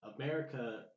America